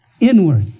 inward